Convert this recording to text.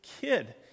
kid